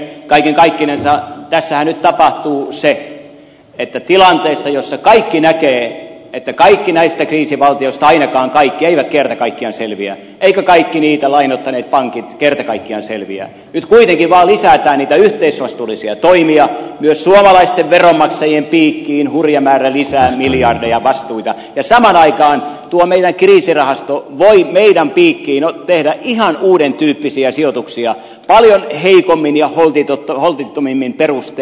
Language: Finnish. kaiken kaikkinensa tässähän nyt tapahtuu se että tilanteessa jossa kaikki näkevät että ainakaan kaikki näistä kriisivaltioista eivät kerta kaikkiaan selviä eivätkä kaikki niitä lainoittaneet pankit kerta kaikkiaan selviä nyt kuitenkin vaan lisätään niitä yhteisvastuullisia toimia myös suomalaisten veronmaksajien piikkiin hurja määrä lisää miljardeja vastuita ja samaan aikaan tuo meidän kriisirahastomme voi meidän piikkiin tehdä ihan uudentyyppisiä sijoituksia paljon heikommin ja holtittomammin perustein